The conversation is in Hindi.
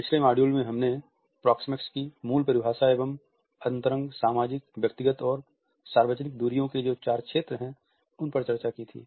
पिछले मॉड्यूल में हमने प्रोक्सेमिक्स की मूल परिभाषा एवं अंतरंग सामाजिक व्यक्तिगत और सार्वजनिक दूरियों के जो चार क्षेत्र हैं उनपर पर चर्चा की थी